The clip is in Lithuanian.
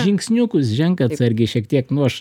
žingsniukus ženk atsargiai šiek tiek nu aš